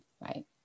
right